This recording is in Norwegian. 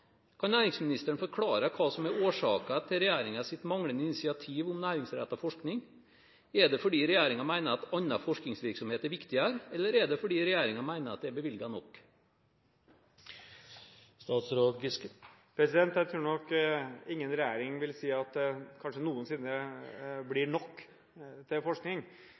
Kan næringsministeren forklare hva som er årsaken til regjeringens manglende initiativ om næringsrettet forskning? Er det fordi regjeringen mener at annen forskningsvirksomhet er viktigere, eller er det fordi regjeringen mener det er bevilget nok? Jeg tror nok ingen regjering – kanskje noensinne – vil si at det blir nok til forskning,